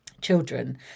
children